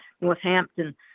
Northampton